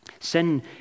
Sin